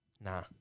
Nah